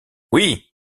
oui